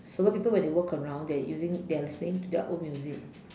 a lot of people when they walk around they are using they are listening to their own music